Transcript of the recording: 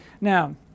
Now